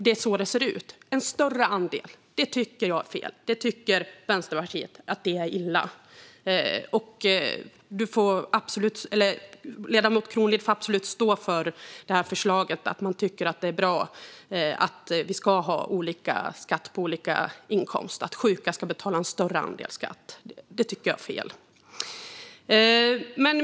Det är så det ser ut. En större andel - det tycker jag är fel. Det tycker Vänsterpartiet är illa. Ledamoten Kronlid får absolut stå för förslaget och tycka att det är bra att vi ska ha olika skatt på olika inkomst och att sjuka ska betala en större andel skatt. Men jag tycker att det är fel.